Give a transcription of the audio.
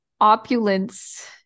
opulence